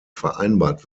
vereinbart